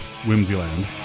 Whimsyland